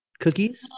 Cookies